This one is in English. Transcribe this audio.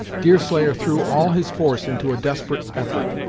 deerslayer threw all his force into a desperate effort,